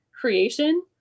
creation